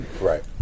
Right